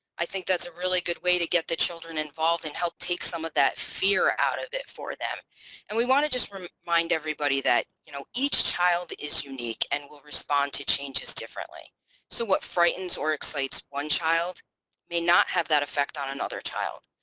i think that's a really good way to get the children involved and help take some of that fear out of it for them and we want to just remind everybody that you know each child is unique and will respond to changes differently so what frightens or excites one child may not have that effect on another child.